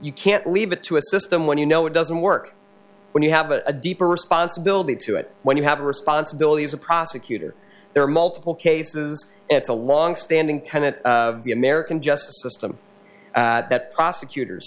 you can't leave it to a system when you know it doesn't work when you have a deeper responsibility to it when you have a responsibility as a prosecutor there are multiple cases it's a longstanding tenet of the american justice system that prosecutors